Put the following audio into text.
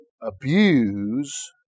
abuse